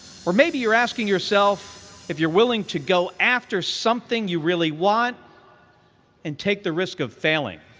or maybe you're asking yourself if you're willing to go after something you really want and take the risk of failing.